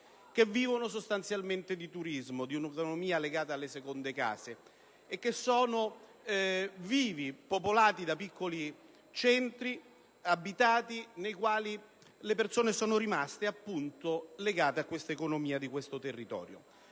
che vivono sostanzialmente di turismo e di un'economia legata alle seconde case e che sono caratterizzati dalla presenza di piccoli centri abitati nei quali le persone sono rimaste - appunto - legate all'economia di quel territorio.